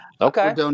okay